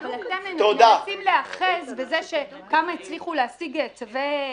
אבל אתם מנסים להיאחז בזה שכמה פעמים הצליחו להשיג צווי ביניים,